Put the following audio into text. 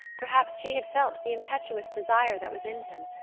perhaps she had felt the impetuous desire that was in him,